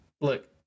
Look